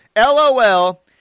LOL